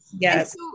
Yes